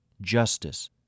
justice